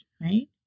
right